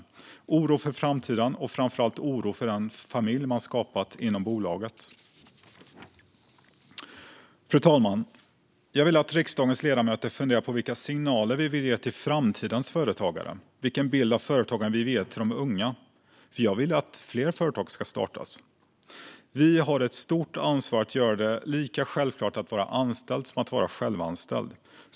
Det handlar om oro för framtiden och framför allt oro för den familj man har skapat i bolaget. Fru talman! Jag vill att riksdagens ledamöter funderar på vilka signaler vi vill ge till framtidens företagare och vilken bild av företagande vi vill ge de unga. Jag vill ju att fler företag ska startas. Vi har ett stort ansvar för att göra det lika självklart att vara självanställd som att vara anställd.